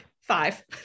Five